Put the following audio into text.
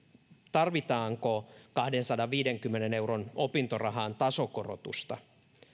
tarvitaanko kahdensadanviidenkymmenen euron opintorahan tasokorotusta